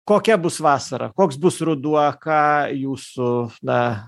kokia bus vasara koks bus ruduo ką jūsų na